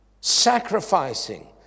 sacrificing